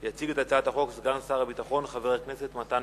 והיא תעבור לדיון בוועדת הפנים והגנת הסביבה.